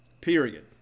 period